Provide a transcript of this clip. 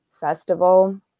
festival